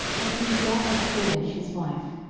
and he begat of hodesh his wife,